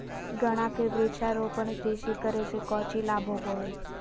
गन्ना के वृक्षारोपण कृषि करे से कौची लाभ होबो हइ?